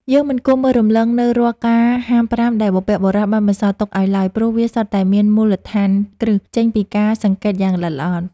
យើងមិនគួរមើលរំលងនូវរាល់ការហាមប្រាមដែលបុព្វបុរសបានបន្សល់ទុកឱ្យឡើយ ព្រោះវាសុទ្ធតែមានមូលដ្ឋានគ្រឹះចេញពីការសង្កេតយ៉ាងល្អិតល្អន់។